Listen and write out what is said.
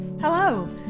Hello